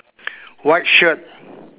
white shirt